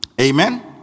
Amen